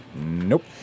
Nope